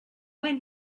when